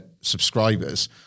subscribers